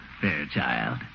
Fairchild